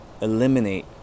eliminate